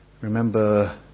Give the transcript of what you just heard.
remember